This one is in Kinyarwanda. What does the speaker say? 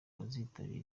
bazitabira